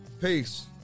Peace